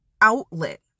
outlet